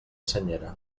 senyera